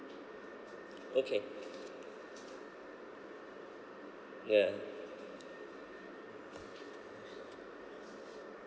okay yeah